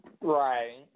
Right